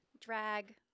Drag